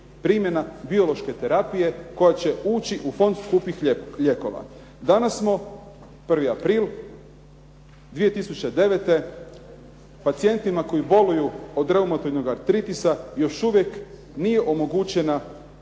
primjena biološke terapije koja će ući u fond skupih lijekova. Danas smo, 1. april 2009. pacijentima koji boluju od reumatoidnog artritisa još uvijek nije omogućena